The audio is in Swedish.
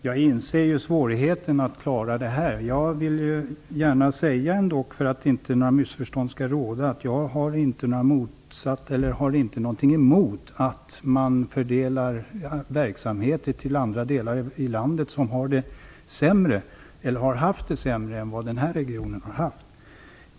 Fru talman! Jag inser ju svårigheten att klara detta. För att inte några missförstånd skall råda vill jag ändå gärna säga att jag inte har någonting emot att man fördelar verksamheter till andra delar av landet som har haft det sämre än vad den här regionen har haft.